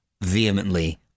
vehemently